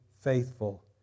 faithful